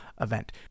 event